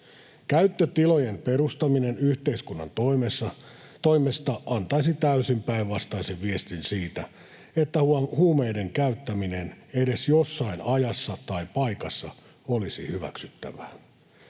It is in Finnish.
Käyttötilojen perustaminen yhteiskunnan toimesta antaisi täysin päinvastaisen viestin siitä, että huumeiden käyttäminen edes jossain ajassa tai paikassa olisi hyväksyttävää.